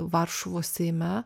varšuvos seime